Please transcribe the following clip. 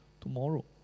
Tomorrow